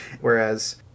Whereas